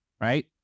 right